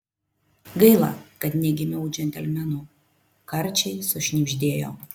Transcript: gaila kad negimiau džentelmenu karčiai sušnibždėjo